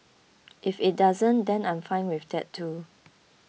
if it doesn't then I'm fine with that too